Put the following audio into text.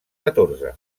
catorze